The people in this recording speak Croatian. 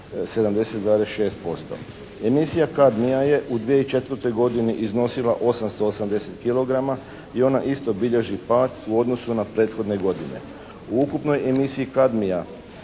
70,6%. Emisija kadmija je u 2004. godini iznosila 880 kg i ona isto bilježi pad u odnosu na prethodne godine. U ukupnoj emisiji kadmija